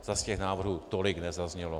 Zas těch návrhů tolik nezaznělo.